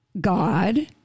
God